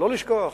לא לשכוח,